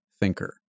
thinker